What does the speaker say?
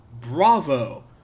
bravo